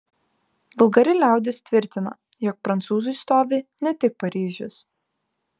vulgari liaudis tvirtina jog prancūzui stovi ne tik paryžius